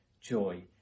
joy